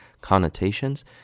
connotations